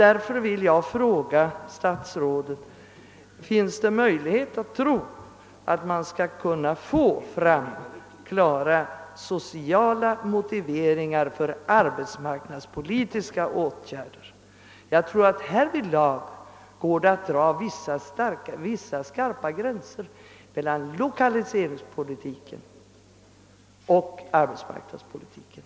Därför vill jag fråga statsrådet: Finns det möjlighet att få fram klara sociala motiveringar för arbetsmarknadspolitiska åtgärder? Jag tror att det härvidlag går att dra vissa skarpa gränser mellan lokaliseringspolitiken och arbetsmarknadspolitiken.